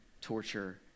torture